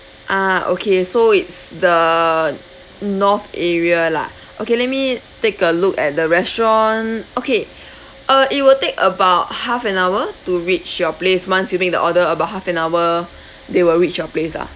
ah okay so it's the north area lah okay let me take a look at the restaurant okay uh it will take about half an hour to reach your place once you make the order about half an hour they will reach your place lah